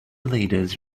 leaders